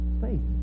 faith